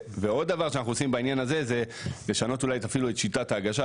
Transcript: ועוד דבר שאנחנו עושים בעניין הזה זה לשנות אולי אפילו את שיטת ההגשה,